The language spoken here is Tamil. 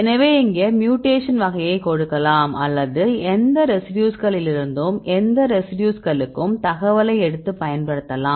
எனவே இங்கே மியூடேக்ஷன் வகையை கொடுக்கலாம் அல்லது எந்த ரெசிடியூஸ்களிலிருந்தும் எந்த ரெசிடியூஸ்களுக்கும் தகவலை எடுத்து பயன்படுத்தலாம்